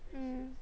mm